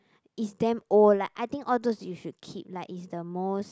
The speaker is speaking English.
is damn old like I think all those you should keep like it's the most